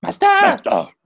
Master